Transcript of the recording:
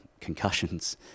concussions